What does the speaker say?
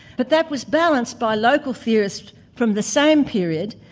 but that was balanced by local theorists from the same period,